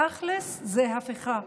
תכלס, זו הפיכה.